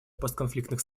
постконфликтных